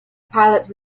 pilot